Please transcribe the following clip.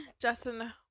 Justin